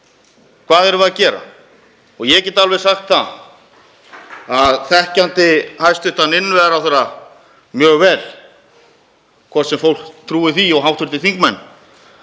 Hvað erum við að gera? Og ég get alveg sagt það, þekkjandi hæstv. innviðaráðherra mjög vel, hvort sem fólk trúir því og hv. þingmenn,